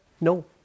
No